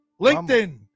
LinkedIn